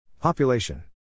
Population